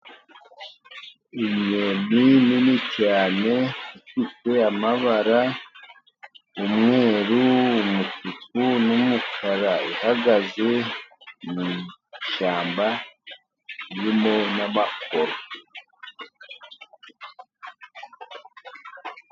Inyoni nini cyane ifite amabara. Umweru, umutuku, n'umukara. Ihagaze mu ishyamba ririmo n'amakoro.